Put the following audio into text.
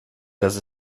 dass